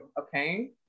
okay